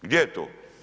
Gdje je to?